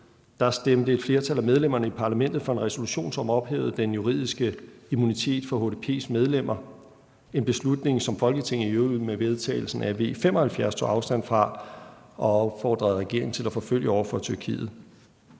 stemte et flertal af medlemmerne i parlamentet for en resolution, som ophævede den juridiske immunitet for HDP's medlemmer; en beslutning, som Folketinget i øvrigt med vedtagelsen af V 75 tog afstand fra og opfordrede regeringen til at forfølge over for Tyrkiet.